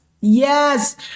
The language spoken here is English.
yes